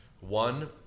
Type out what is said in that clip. One